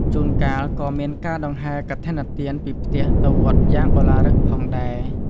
ជួនកាលក៏មានការដង្ហែរកឋិនទានពីផ្ទះទៅវត្តយ៉ាងឱឡារិកផងដែរ។